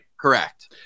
Correct